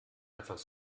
einfach